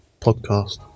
Podcast